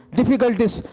difficulties